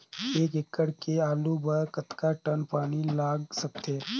एक एकड़ के आलू बर कतका टन पानी लाग सकथे?